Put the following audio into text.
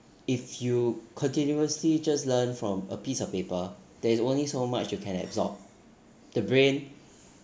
if you continuously just learn from a piece of paper there is only so much you can absorb the brain